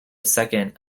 second